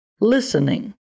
Listening